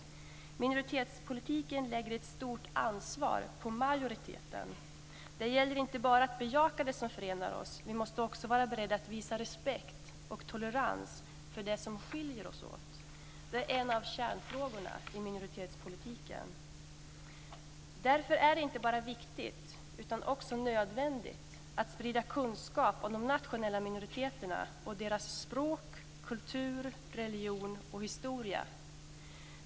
Minoritetspolitiken lägger ett stort ansvar på majoriteten. Det gäller inte bara att bejaka det som förenar oss. Vi måste också vara beredda att visa respekt och tolerans för det som skiljer oss åt. Det är en av kärnfrågorna i minoritetspolitiken. Därför är det inte bara viktigt utan också nödvändigt att sprida kunskap om de nationella minoriteterna och deras språk, kultur, religion och historia.